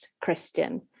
Christian